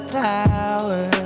power